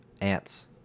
ants